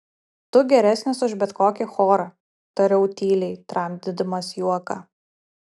tu geresnis už bet kokį chorą tariau tyliai tramdydamas juoką